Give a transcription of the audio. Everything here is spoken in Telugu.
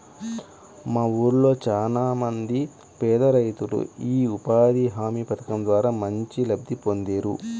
మా ఊళ్ళో చానా మంది పేదరైతులు యీ ఉపాధి హామీ పథకం ద్వారా మంచి లబ్ధి పొందేరు